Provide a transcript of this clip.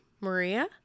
maria